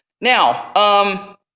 Now